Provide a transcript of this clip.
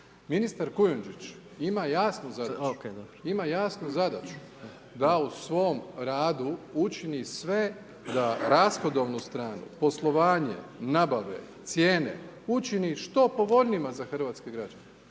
ministar Kujundžić, ima jasnu zadaću da u svom radu učini sve da rashodovnu stranu, poslovanje, nabave, cijene, učini što povoljnije za hrvatske građane